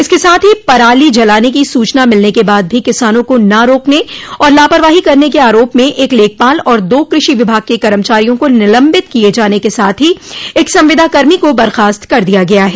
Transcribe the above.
इसके साथ ही पराली जलाने की सूचना मिलने के बाद भी किसानों को न रोकने और लापरवाही करने के आरोप में एक लेखपाल और दो कृषि विभाग के कर्मचारियों को निलम्बित किये जाने के साथ ही एक संविदा कर्मी को बर्खास्त कर दिया गया है